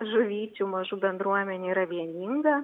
žuvyčių mažų bendruomenė yra vieninga